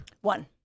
One